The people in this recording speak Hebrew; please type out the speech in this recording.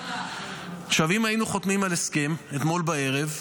אם היינו חותמים על הסכם אתמול בערב,